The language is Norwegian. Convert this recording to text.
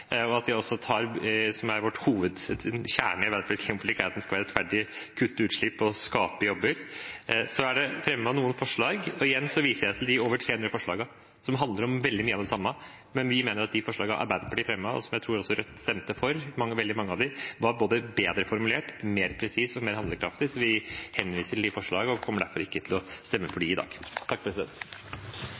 Kjernen i Arbeiderpartiets klimapolitikk er at den skal være rettferdig, kutte utslipp og skape jobber. Så er det fremmet noen forslag, og igjen viser jeg til de over 300 forslagene som handler om veldig mye av det samme. Men vi mener at de forslagene Arbeiderpartiet fremmet, og som jeg tror også Rødt stemte for, veldig mange av dem, var både bedre formulert, mer presise og mer handlekraftige. Vi henviser til de forslagene og kommer derfor ikke til å stemme for dette i dag.